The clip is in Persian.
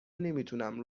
نمیتونم